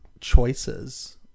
choices